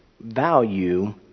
value